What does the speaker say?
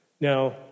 Now